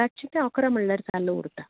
रातचीं ते अकरा म्हणल्यार चालू उरतां